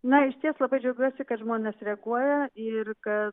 na išties labai džiaugiuosi kad žmonės reaguoja ir kad